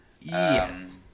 yes